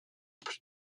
plus